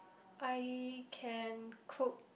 I can cook